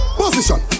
position